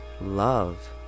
Love